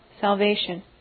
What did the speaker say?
salvation